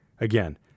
again